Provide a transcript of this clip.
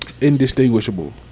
Indistinguishable